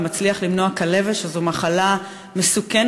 ומצליח למנוע כלבת שהיא מחלה מסוכנת,